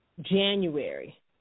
January